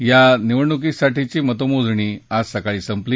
या निवडणुकीसाठीची मतमोजणी आज सकाळी संपली